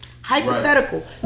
hypothetical